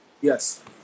Yes